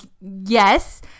yes